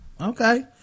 okay